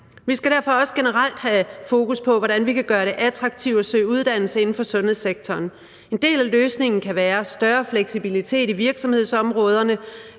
også generelt have fokus på, hvordan vi kan gøre det attraktivt at søge uddannelse inden for sundhedssektoren. En del af løsningen kan være større fleksibilitet i virksomhedsområderne